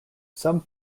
some